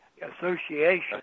association